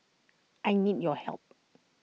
I need your help